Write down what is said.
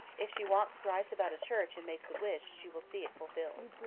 if she walks thrice about a church and makes a wish, she will see it fulfilled.